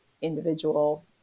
individual